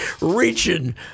reaching